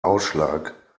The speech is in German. ausschlag